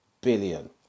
billion